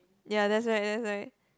ya that's why that's why